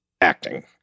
acting